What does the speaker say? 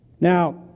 Now